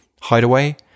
hideaway